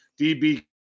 DB